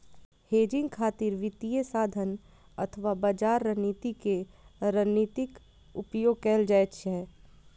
hedging खातिर वित्तीय साधन अथवा बाजार रणनीति के रणनीतिक उपयोग कैल जाइ छै